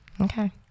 okay